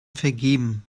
vergeben